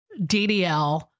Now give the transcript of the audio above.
DDL